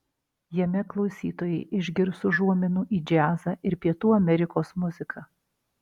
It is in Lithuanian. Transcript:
jame klausytojai išgirs užuominų į džiazą ir pietų amerikos muziką